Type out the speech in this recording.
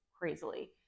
crazily